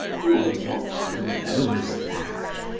you are not so low as that.